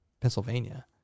Pennsylvania